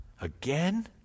Again